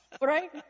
right